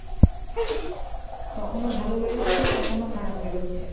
কখনও ভালো বেরোচ্ছে কখনও খারাপ বেরোচ্ছে